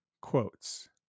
Quotes